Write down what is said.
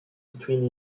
between